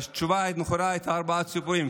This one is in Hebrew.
התשובה הנכונה הייתה ארבע ציפורים,